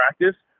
practice